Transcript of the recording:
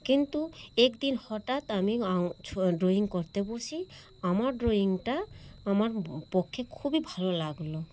কিন্তু একদিন হঠাৎ আমি ড্রয়িং করতে বসি আমার ড্রয়িংটা আমার পক্ষে খুবই ভালো লাগলো